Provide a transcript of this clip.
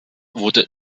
wurde